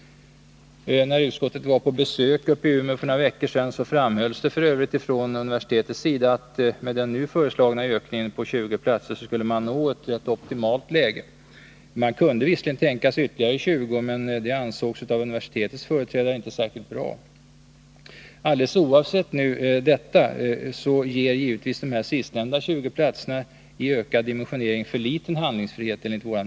Vid utskottets besök i Umeå för några veckor sedan framhölls f. ö. från universitetets sida att med den nu föreslagna ökningen på 20 platser skulle man nå ett optimalt läge. Man kunde visserligen tänka sig ytterligare 20, men det ansågs av universitetets företrädare inte särskilt bra. Alldeles oavsett detta ger givetvis dessa sistnämnda 20 platser i ökad dimensionering för liten handlingsfrihet.